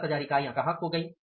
10000 इकाइयाँ कहाँ गईं